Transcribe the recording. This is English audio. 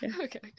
Okay